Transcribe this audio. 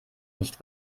nicht